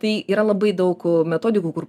tai yra labai daug metodikų kur